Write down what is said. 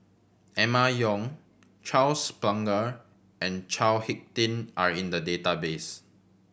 Emma Yong Charles Paglar and Chao Hick Tin are in the database